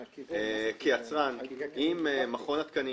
כיצרן, אם מכון התקנים